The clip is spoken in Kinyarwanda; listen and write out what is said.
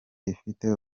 ifite